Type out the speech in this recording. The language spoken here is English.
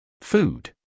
Food